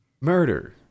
murder